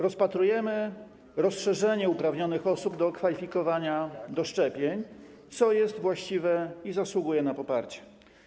Rozpatrujemy rozszerzenie kręgu osób uprawnionych do kwalifikowania do szczepień, co jest właściwe i zasługuje na poparcie.